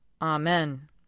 Amen